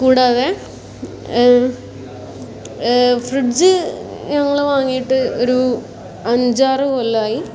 കൂടാതെ ഫ്രിഡ്ജ് ഞങ്ങൾ വാങ്ങിയിട്ട് ഒരു അഞ്ചാറ് കൊല്ലമായി